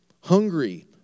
hungry